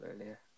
earlier